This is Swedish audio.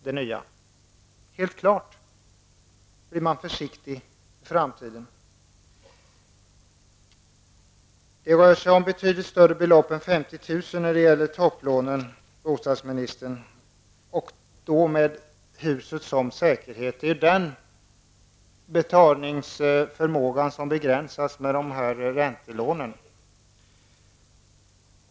Det är helt klart att man blir försiktig inför framtiden. Det rör sig om betydligt större belopp än 50 000 kr. när det gäller topplån, bostadsministern, med huset som säkerhet. Det är ju denna betalningsförmåga som begränsas genom dessa räntelån.